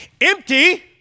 empty